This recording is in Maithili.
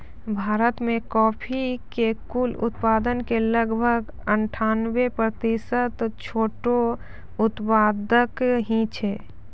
भारत मॅ कॉफी के कुल उत्पादन के लगभग अनठानबे प्रतिशत छोटो उत्पादक हीं छै